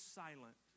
silent